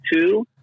two